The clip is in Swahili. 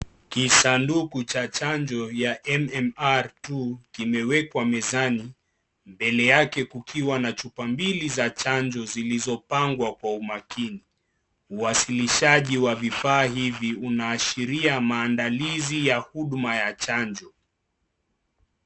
Kisanduku cha chanjo ya MMR 2 kimewekwa mezani mbele yake kukiwa na chupa mbili za chanjo zilizopangwa kwa umakini. Uwasilishaji wa vifaa hivi unaashiria maandalizi ya huduma ya chanjo.